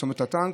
צומת הטנק,